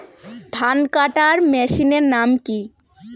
ধান কাটার মেশিনের নাম কি?